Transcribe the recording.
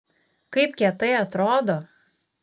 kaip kietai atrodo